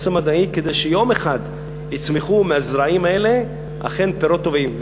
המדעי כדי שיום אחד יצמחו מהזרעים האלה אכן פירות טובים.